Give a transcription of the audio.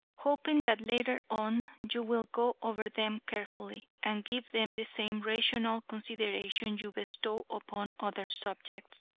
hoping that later on you will go over them carefully and give them the same rational consideration you bestow upon other subjects.